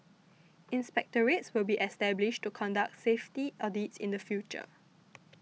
inspectorates will be established to conduct safety audits in the future